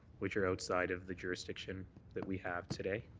which are outside of the jurisdiction that we have today.